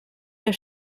ihr